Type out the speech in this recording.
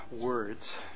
words